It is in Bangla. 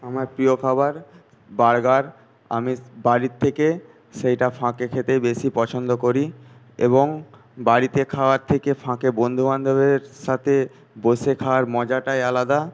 আমার প্রিয় খাবার বার্গার আমি বাড়ি থেকে সেইটা ফাঁকে খেতে বেশী পছন্দ করি এবং বাড়িতে খাওয়ার থেকে ফাঁকে বন্ধুবান্ধবের সাথে বসে খাওয়ার মজাটাই আলাদা